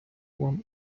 вам